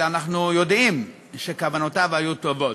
אלא אנחנו יודעים שכוונותיו היו טובות.